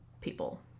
people